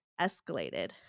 escalated